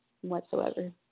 whatsoever